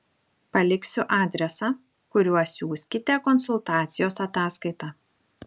paliksiu adresą kuriuo siųskite konsultacijos ataskaitą